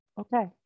Okay